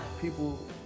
people